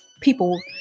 people